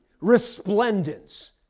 resplendence